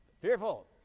fearful